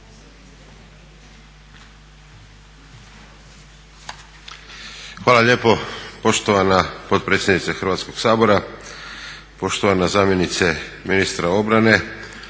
Hvala lijepa poštovana potpredsjednice Hrvatskog sabora, poštovana zamjenice ministra obrane,